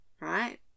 right